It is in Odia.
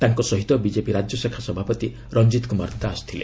ତାଙ୍କ ସହ ବିଜେପି ରାଜ୍ୟଶାଖା ସଭାପତି ରଞ୍ଜିତ୍ କୁମାର ଦାସ ଥିଲେ